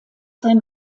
sein